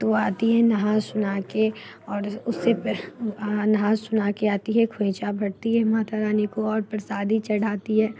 तो वो आती हैं नहा सुनाके और उससे पेह नाहा सुनाके आती है खोइंचा भरती है माता रानी को और प्रसादी चढ़ाती है